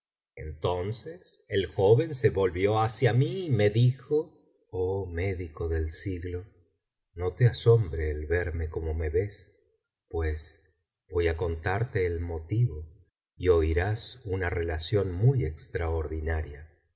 entonces ei joven se volvió hacia mí y me dijo oh médico del siglo no te asombre el verme como me ves pues voy a contarte el motivo y oirás una relación muy extraordinaria